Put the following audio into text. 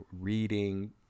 reading